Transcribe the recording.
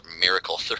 miracle